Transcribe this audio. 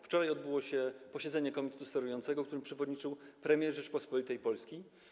Wczoraj odbyło się posiedzenie komitetu sterującego, któremu przewodniczył premier Rzeczypospolitej Polskiej.